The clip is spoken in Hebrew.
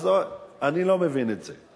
אז אני לא מבין את זה.